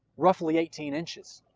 roughly eighteen inches.